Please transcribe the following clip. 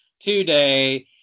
today